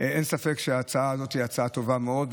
אין ספק שההצעה הזאת היא הצעה טובה מאוד.